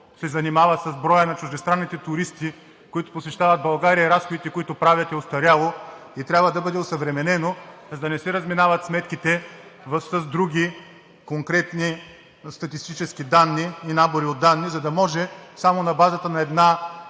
се занимава с броя на чуждестранните туристи, които посещават България, и разходите, които правят, е остаряло и трябва да бъде осъвременено, за да не се разминават сметките с други конкретни статистически данни и набори от данни, за да може само на базата на една